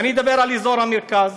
ואני מדבר על אזור המרכז,